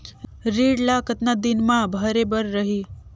ऋण ला कतना दिन मा भरे बर रही?